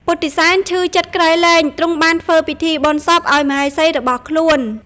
ពុទ្ធិសែនឈឺចិត្តក្រៃលែងទ្រង់បានធ្វើពិធីបុណ្យសពឲ្យមហេសីរបស់ខ្លួន។